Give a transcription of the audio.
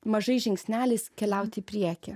mažais žingsneliais keliaut į priekį